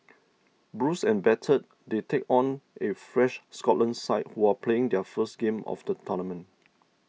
bruised and battered they take on a fresh Scotland side who are playing their first game of the tournament